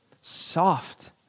soft